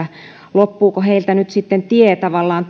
loppuuko heiltä nyt tavallaan